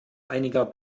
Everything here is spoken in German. einiger